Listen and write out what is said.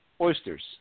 Oysters